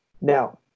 Now